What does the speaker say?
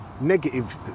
negative